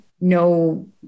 no